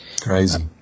Crazy